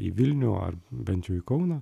į vilnių ar bent jau į kauną